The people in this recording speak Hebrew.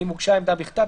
ואם הוגשה העמדה בכתב,